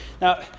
Now